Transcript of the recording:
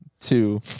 Two